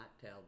tell